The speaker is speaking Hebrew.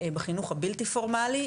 בחינוך הבלתי פורמלי,